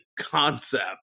concept